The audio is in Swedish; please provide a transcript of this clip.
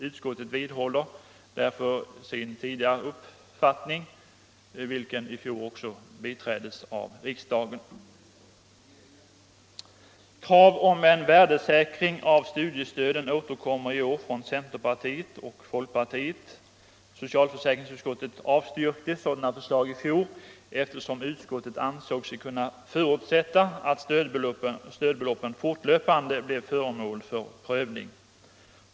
Utskottet vidhåller därför sin tidigare uttalade uppfattning, vilken i fjol också biträddes Krav på en värdesäkring av studiestöden återkommer i år från centerpartiet och folkpartiet. Socialförsäkringsutskottet avstyrkte sådana förslag i fjol, eftersom utskottet ansåg sig kunna förutsätta att stödbeloppen fortlöpande blev föremål för prövning.